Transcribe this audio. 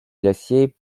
glaciers